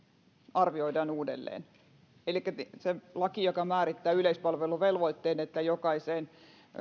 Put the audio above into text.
arvioidaan uudelleen elikkä se laki joka määrittää yleispalveluvelvoitteen sen että jokaiseen